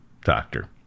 doctor